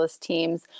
teams